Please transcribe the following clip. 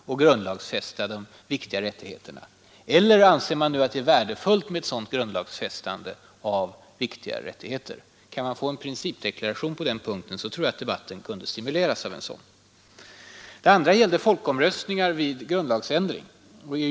Eller anser man att det är värdefullt med grundlagsfästa rättigheter? Om vi får en principdeklaration på den punkten, tror jag att debatten skulle stimuleras. Den andra punkten gällde folkomröstningar vid grundlagsändring.